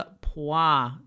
Pois